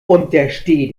untersteh